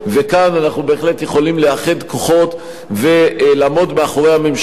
וכאן אנחנו יכולים בהחלט לאחד כוחות ולעמוד מאחורי הממשלה,